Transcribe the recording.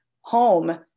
home